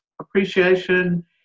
appreciation